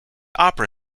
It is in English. opera